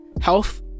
health